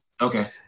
Okay